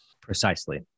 Precisely